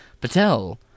Patel